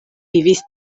vivis